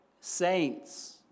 saints